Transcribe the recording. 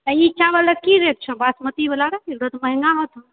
आ ई चावलके की रेट छौ बासमती वाला रऽ ई तऽ महंगा होतो